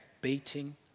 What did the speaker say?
beating